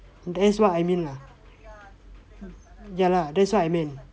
that's what I mean lah ya lah that's what I meant